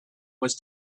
was